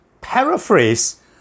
paraphrase